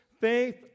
faith